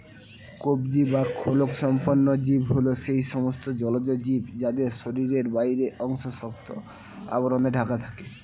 কবচী বা খোলকসম্পন্ন জীব হল সেই সমস্ত জলজ জীব যাদের শরীরের বাইরের অংশ শক্ত আবরণে ঢাকা থাকে